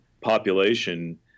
population